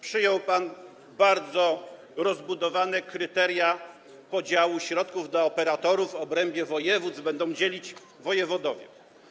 Przyjął pan bardzo rozbudowane kryteria podziału środków dla operatorów, w obrębie województw będą je dzielić wojewodowie.